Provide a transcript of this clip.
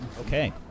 Okay